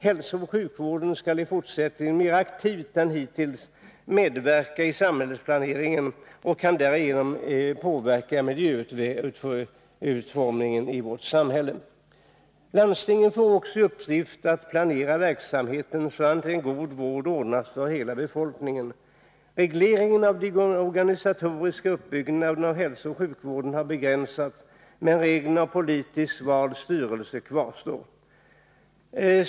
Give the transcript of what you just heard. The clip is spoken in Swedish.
Hälsooch sjukvården skall fortsättningen mera aktivt än hittills medverka i samhällsplaneringen och kan därigenom påverka miljöutformningen i vårt samhälle. Landstingen får också i uppgift att planera verksamheten så att en god vård ordnas för hela befolkningen. Regleringen av den organisatoriska uppbyggnaden av hälsooch sjukvården har begränsats, men reglerna om politiskt vald styrelse kvarstår.